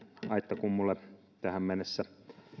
aittakummulle tähän mennessä